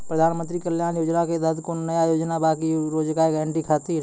प्रधानमंत्री कल्याण योजना के तहत कोनो नया योजना बा का रोजगार गारंटी खातिर?